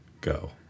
Go